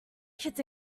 kids